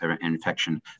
infection